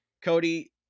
Cody